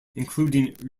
including